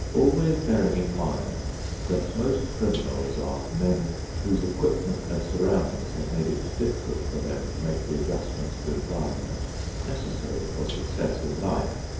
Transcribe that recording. always bearing in mind that most criminals are men whose equipment and surroundings have made it difficult for them to make the adjustments to environment necessary for success in life,